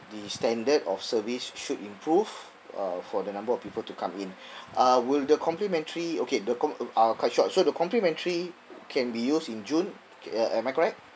the standard of service should improve uh for the number of people to come in uh will the complimentary okay the com~ uh uh quite short so the complimentary can be used in june K uh am I correct